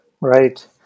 Right